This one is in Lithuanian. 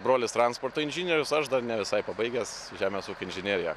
brolis transporto inžinierius aš dar ne visai pabaigęs žemės ūkio inžineriją